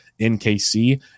NKC